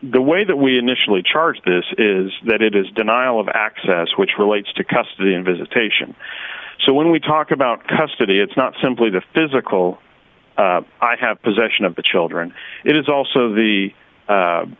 the way that we initially charge this is that it is denial of access which relates to custody and visitation so when we talk about custody it's not simply the physical i have possession of the children it is also the